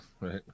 right